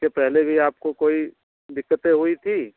इसके पहले भी आपको कोई दिक्कतें हुई थी